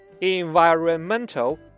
Environmental